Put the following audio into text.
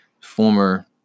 former